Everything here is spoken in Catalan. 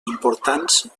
importants